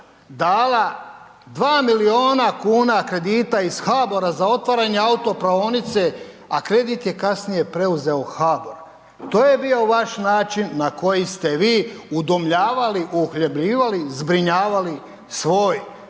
dala 2 milijuna kuna kredita iz HBOR-a za otvaranje autopraonice a kredit je kasnije preuzeo HBOR, to je bio vaš način na koji ste vi udomljavali, uhljebljivali, zbrinjavali svoj